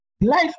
life